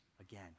again